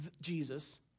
Jesus